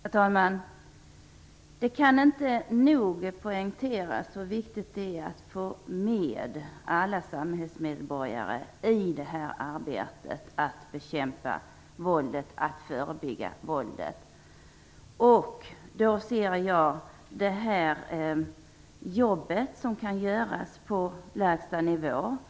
Herr talman! Det kan inte nog poängteras hur viktigt det är att få med alla samhällsmedborgare i arbetet att bekämpa och förebygga våldet. Då ser jag det jobb som kan göras på lägsta nivå som viktigt.